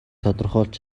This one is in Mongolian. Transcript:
тодорхойлж